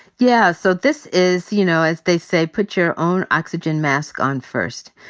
yeah, so this is, you know, as they say, put your own oxygen mask on first.